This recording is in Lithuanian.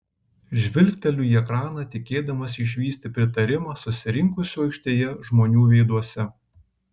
žvilgteliu į ekraną tikėdamasi išvysti pritarimą susirinkusių aikštėje žmonių veiduose